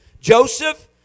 Joseph